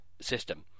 system